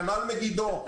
כנ"ל מגידו.